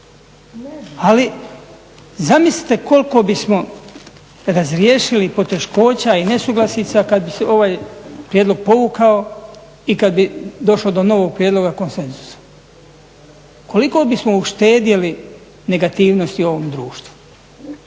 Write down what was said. Ali zamislite koliko bismo razriješili poteškoća i nesuglasica kad bi se ovaj prijedlog povukao i kad bi došao do novog prijedloga konsenzusa. Koliko bismo uštedjeli negativnosti ovom društvu.